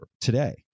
today